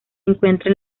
encuentra